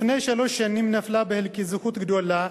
לפני שלוש שנים נפלה בחלקי זכות גדולה,